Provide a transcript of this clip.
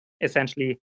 essentially